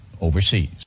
overseas